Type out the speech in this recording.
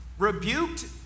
rebuked